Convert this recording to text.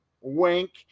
Wink